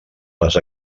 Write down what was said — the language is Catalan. les